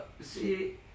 see